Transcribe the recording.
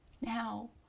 now